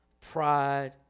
pride